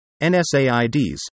NSAIDs